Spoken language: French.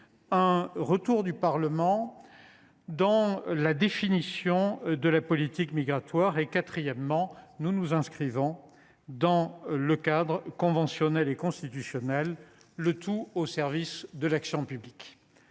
un retour du Parlement dans la définition de la politique migratoire ; quatrièmement, nous nous inscrivons dans le cadre conventionnel et constitutionnel, le tout au service de l’action publique.